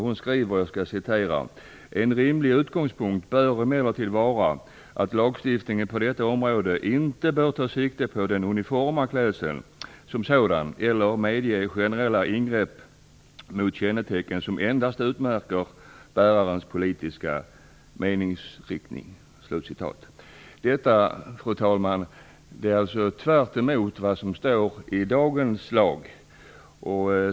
Hon säger: "En rimlig utgångspunkt bör emellertid vara att lagstiftningen på området inte bör ta sikte på den uniforma klädseln som sådan eller medge generella ingrepp mot kännetecken som endast utmärker bärarens politiska meningsriktning". Fru talman! Detta är tvärtemot vad som står i dagens lag.